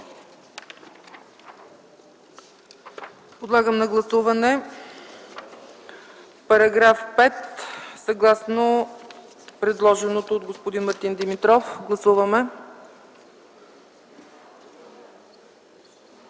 Подлагам на гласуване § 5, съгласно предложеното от господин Мартин Димитров. Гласували